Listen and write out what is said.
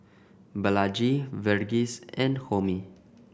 Balaji Verghese and Homi